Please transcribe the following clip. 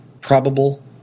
probable